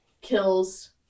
kills